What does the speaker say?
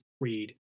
Read